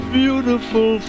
beautiful